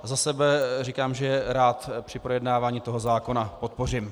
Za sebe říkám, že je rád při projednávání toho zákona podpořím.